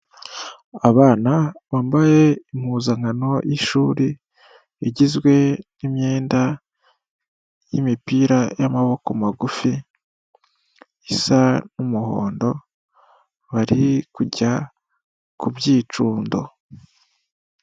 Abana bambaye impuzankano y'ishuri, igizwe n'imyenda y'imipira y'amaboko magufi isa n'umuhondo, bari kujya ku byicundo.